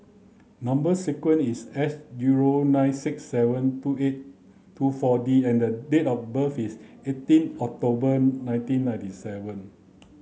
number sequence is S zero nine six seven two eight two four D and the date of birth is eighteen October nineteen ninety seven